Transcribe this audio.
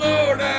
Lord